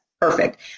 perfect